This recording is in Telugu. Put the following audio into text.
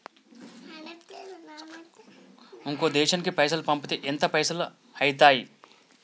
ఇంకో దేశానికి పైసల్ పంపితే ఎంత పైసలు అయితయి?